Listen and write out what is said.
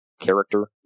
character